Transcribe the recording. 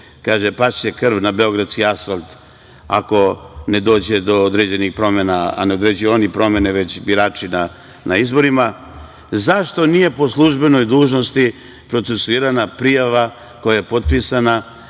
kaže – pašće krv na beogradski asfalt ako ne dođe do određenih promena. Ne određuju oni promene, već birači na izborima. Zašto nije po službenoj dužnosti procesuirana prijava koja je potpisana